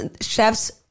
chefs